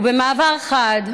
ובמעבר חד,